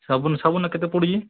ଶାଗୁନ୍ ଶାଗୁନ୍ ଟା କେତେ ପଡୁଛି